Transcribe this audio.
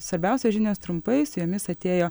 svarbiausios žinios trumpais jomis atėjo